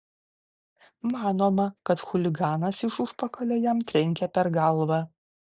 manoma kad chuliganas iš užpakalio jam trenkė per galvą